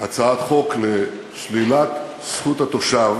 הצעת חוק לשלילת זכות התושב